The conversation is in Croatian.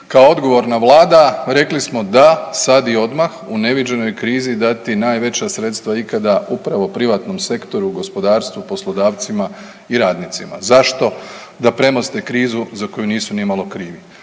kao odgovorna Vlada rekli smo da, sad i odmah, u neviđenoj krizi dati najveća sredstva ikada upravo privatnom sektoru, gospodarstvu, poslodavcima i radnicima. Zašto? Da premoste krizu za koju nisu nimalo krivi.